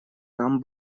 там